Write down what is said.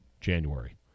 January